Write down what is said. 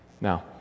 Now